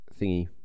thingy